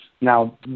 Now